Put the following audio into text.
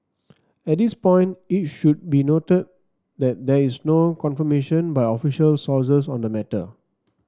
at this point it should be noted that there is no confirmation by official sources on the matter